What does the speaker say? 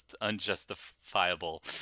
unjustifiable